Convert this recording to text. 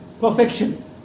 perfection